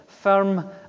firm